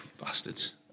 bastards